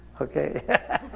Okay